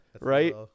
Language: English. Right